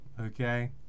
Okay